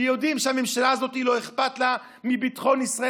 יודעים שלממשלה הזאת לא אכפת מביטחון ישראל.